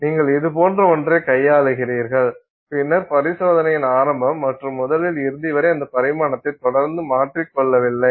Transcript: நீங்கள் இதுபோன்ற ஒன்றைக் கையாளுகிறீர்கள் பின்னர் பரிசோதனையின் ஆரம்பம் முதல் இறுதி வரை அந்த பரிமாணத்தை தொடர்ந்து மாற்றிக் கொள்ளவில்லை